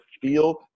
feel